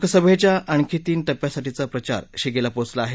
लोकसभेच्या आणखी तीन टप्प्यासाठीचा प्रचार शिगेला पोचला आहे